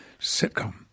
sitcom